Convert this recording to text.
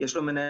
יש לו מנהלת